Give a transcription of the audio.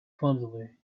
clumsily